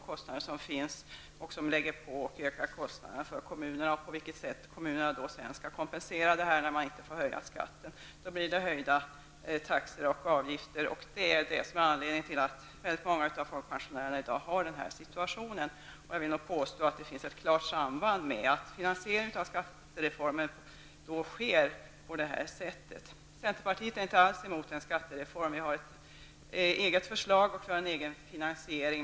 Momsen ökar kostnaderna för kommunerna och det kan vara svårt att kompensera dessa kostnader när man inte får höja skatten. Då blir det höjda taxor och avgifter. Det är anledningen till att så många folkpensionärer i dag befinner sig i den här situationen. Jag påstår att det har samband med att finansieringen av skattereformen sker på det sätt som den sker. Centerpartiet är inte alls emot en skattereform. Vi har ett eget förslag till en sådan liksom ett eget förslag till finansiering.